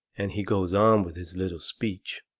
and he goes on with his little speech